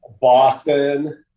Boston